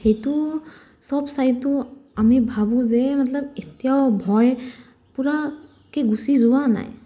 সেইটো চব চাইটো আমি ভাবোঁ যে মতলব এতিয়াও ভয় পূৰাকে গুচি যোৱা নাই